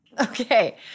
Okay